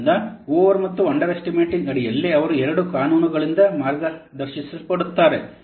ಆದ್ದರಿಂದ ಓವರ್ ಮತ್ತು under estimating ಅಡಿಯಲ್ಲಿ ಅವರು ಎರಡು ಕಾನೂನುಗಳಿಂದ ಮಾರ್ಗದರ್ಶಿಸಲ್ಪಡುತ್ತಾರೆ